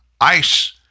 ICE